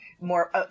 more